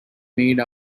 made